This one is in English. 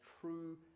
true